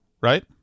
right